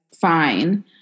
fine